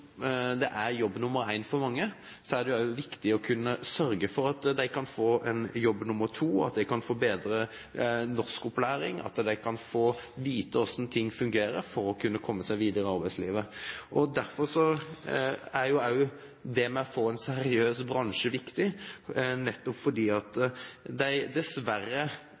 det er jobb nr. 1 for mange, er det også viktig å kunne sørge for at de kan få en jobb nr. 2, at de kan få bedre norskopplæring, og at de kan få vite hvordan ting fungerer for å komme seg videre i arbeidslivet. Derfor er det viktig å få en seriøs bransje, nettopp for å få dem til å ta en jobb som mange nordmenn dessverre